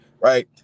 right